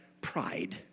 pride